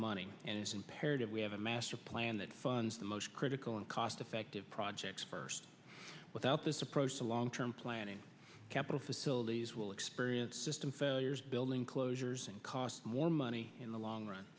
money and it's imperative we have a master plan that funds the most critical and cost effective projects first without this approach to long term planning capitol facilities will experience system failures building closures and cost more money in the long run